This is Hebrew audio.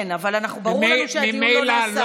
כן, אבל ברור לנו שהדיון לא נעשה כאן.